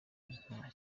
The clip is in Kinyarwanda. nta